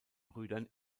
brüdern